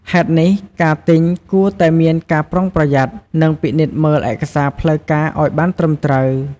ហេតុនេះ ការទិញគួរតែមានការប្រុងប្រយ័ត្ន និងពិនិត្យមើលឯកសារផ្លូវការឲ្យបានត្រឹមត្រូវ។